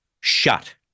shut